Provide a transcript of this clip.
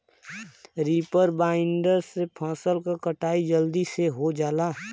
reaper binder से फसल क कटाई जलदी से हो जाला